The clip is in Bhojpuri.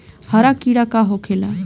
हरा कीड़ा का होखे ला?